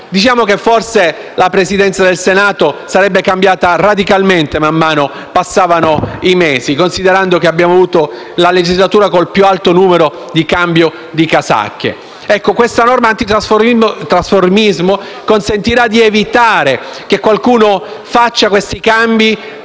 Regolamento? Forse la Presidenza del Senato sarebbe cambiata radicalmente man mano che passavano i mesi, considerato che abbiamo avuto la legislatura col più alto numero di cambio di casacche. Questa norma antitrasformismo consentirà di evitare che qualcuno faccia questi cambi